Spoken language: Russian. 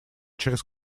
через